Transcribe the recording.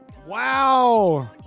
Wow